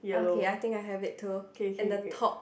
okay I think I have it too and the top